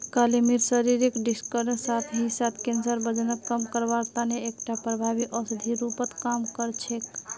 काली मिर्च शरीरक डिटॉक्सेर साथ ही साथ कैंसर, वजनक कम करवार तने एकटा प्रभावी औषधिर रूपत काम कर छेक